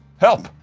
help.